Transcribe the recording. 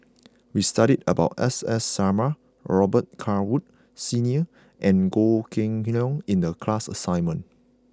we studied about S S Sarma Robet Carr Woods Senior and Goh Kheng Long in the class assignment